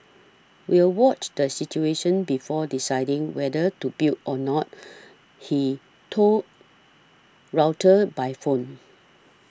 we'll watch the situation before deciding whether to build or not he told Reuters by phone